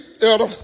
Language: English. elder